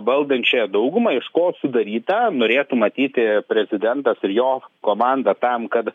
valdančiąją daugumą iš ko sudarytą norėtų matyti prezidentas ir jo komanda tam kad